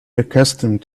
accustomed